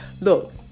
Look